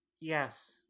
Yes